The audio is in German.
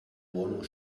wohnung